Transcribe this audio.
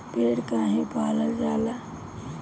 भेड़ काहे पालल जाला?